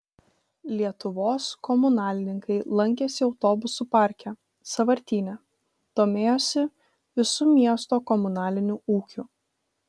lietuvos komunalininkai lankėsi autobusų parke sąvartyne domėjosi visu miesto komunaliniu ūkiu